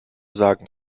sagen